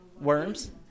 worms